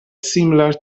threads